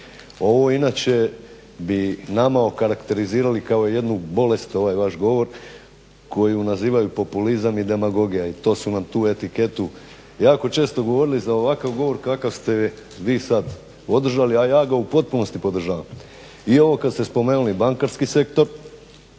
Ovo inače bi nama okarakterizirali kao jednu bolest ovaj vaš govor koji nazivaju populizam i demagogija. I to su nam tu etiketu jako često govorili za ovakav govor kakav ste vi sad održali, a ja ga u potpunosti podržavam. I ovo kad ste spomenuli bankarski sektor